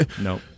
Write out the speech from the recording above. No